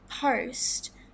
post